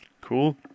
Cool